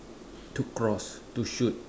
to cross to shoot